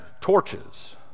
torches